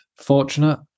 fortunate